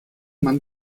mann